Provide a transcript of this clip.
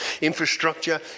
infrastructure